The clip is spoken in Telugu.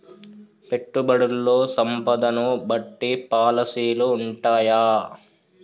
పెట్టుబడుల్లో సంపదను బట్టి పాలసీలు ఉంటయా?